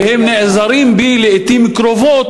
והם נעזרים בי לעתים קרובות,